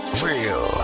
real